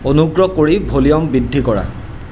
অনুগ্ৰহ কৰি ভ'ল্যুম বৃদ্ধি কৰা